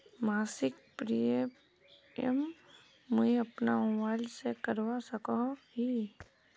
मासिक प्रीमियम मुई अपना मोबाईल से करवा सकोहो ही?